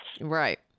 Right